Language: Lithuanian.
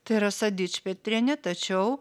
tai rasa dičpetrienė tačiau